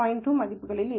2 மதிப்புகளில் உள்ளன